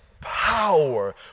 power